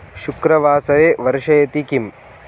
शुक्रवासरे वर्षयति किम्